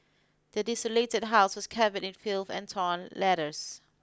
the desolated house was covered in filth and torn letters